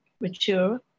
mature